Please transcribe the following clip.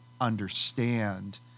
understand